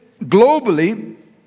globally